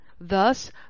thus